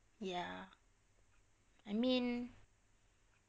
ya I mean